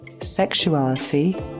sexuality